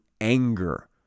anger